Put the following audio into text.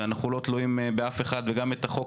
ואנחנו לא תלויים באף אחד וגם את החוק